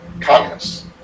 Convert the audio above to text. communists